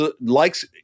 likes